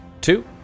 Two